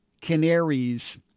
canaries